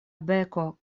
beko